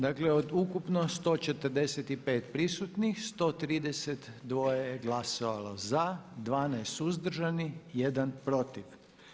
Dakle od ukupno 145 prisutnih 132 je glasovalo za, 12 suzdržanih, 1 protiv.